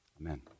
Amen